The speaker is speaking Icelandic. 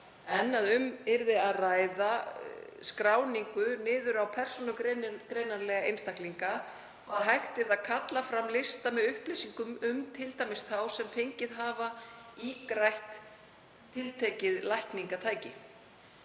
stað. Um yrði að ræða skráningu niður á persónugreinanlega einstaklinga og að hægt yrði að kalla fram lista með upplýsingum um t.d. þá sem fengið hafa ígrætt tiltekið lækningatæki.“